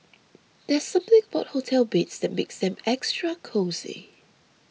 there's something about hotel beds that makes them extra cosy